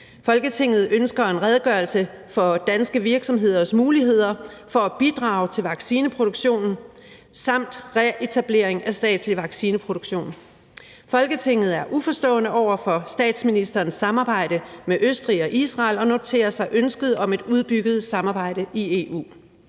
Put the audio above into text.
Folketinget ønsker en redegørelse for danske virksomheders muligheder for at bidrage til vaccineproduktion samt reetablering af statslig vaccineproduktion. Folketinget er uforstående overfor statsministerens samarbejde med Østrig og Israel og noterer sig ønsket om et udbygget samarbejde i EU.«